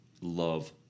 love